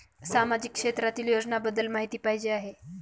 सामाजिक क्षेत्रातील योजनाबद्दल माहिती पाहिजे आहे?